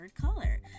color